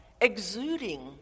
exuding